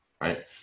right